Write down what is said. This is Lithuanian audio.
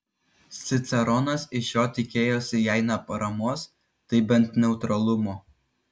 ciceronas iš jo tikėjosi jei ne paramos tai bent neutralumo